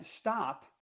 stop